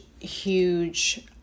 huge